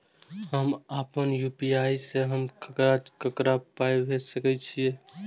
हम आपन यू.पी.आई से हम ककरा ककरा पाय भेज सकै छीयै?